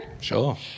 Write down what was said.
Sure